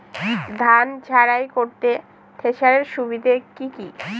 ধান ঝারাই করতে থেসারের সুবিধা কি কি?